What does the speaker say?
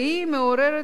והיא מעוררת